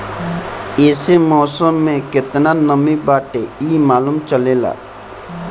एसे मौसम में केतना नमी बाटे इ मालूम चलेला